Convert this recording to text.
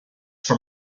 from